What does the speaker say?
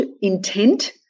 intent